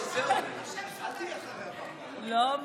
ארבע